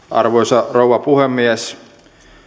arvoisa rouva puhemies